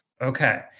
Okay